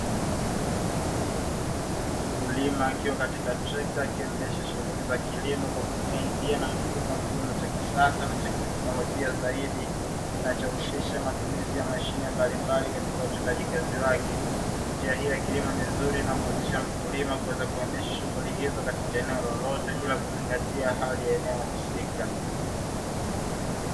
Mkulima akiwa katika trekta akiendesha shughuli za kilimo, kwa kutumia njia na mfumo wa kilimo cha kisasa na cha kiteknolojia zaidi, kinachohusisha matumizi ya mashine mbalimbali, katika utendaji kazi wake. Njia hii ya kilimo ni nzuri, inayomuwezesha mkulima kuweza kuendesha shughuli zake za kilimo katika eneo lolote, bila kuzingatia hali ya eneo husika.